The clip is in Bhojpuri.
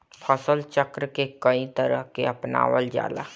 फसल चक्र के कयी तरह के अपनावल जाला?